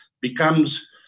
becomes